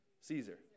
Caesar